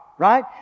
Right